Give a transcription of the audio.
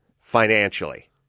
financially